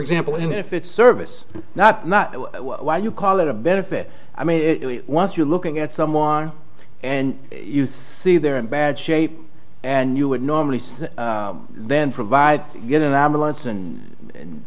example even if it's service not not why you call it a benefit i mean once you're looking at someone and youth see they're in bad shape and you would normally then provide get an ambulance and